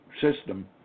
system